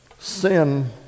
sin